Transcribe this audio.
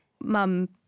mum